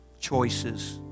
Choices